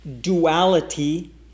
Duality